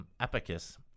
Epicus